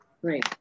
Great